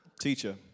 Teacher